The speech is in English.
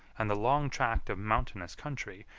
and the long tract of mountainous country,